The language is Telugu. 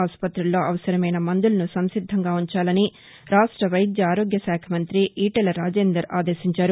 ఆసుపతుల్లో అవసరమైన మందులను సంసిద్దంగా ఉంచాలని రాష్ట వైద్య ఆరోగ్య శాఖ మంతి ఈటెల రాజేందర్ ఆదేశించారు